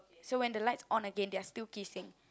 so when the lights on again they are still kissing